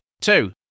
Two